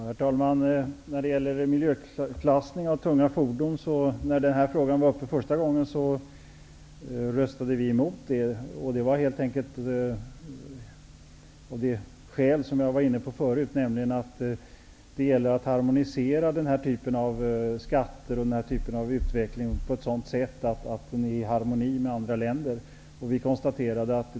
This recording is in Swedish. Herr talman! När frågan om miljöklassning av tunga fordon var uppe första gången, röstade vi emot det förslaget av det skäl som jag var inne på förut, nämligen att det gäller att harmonisera den här typen av skatter med andra länders skatter.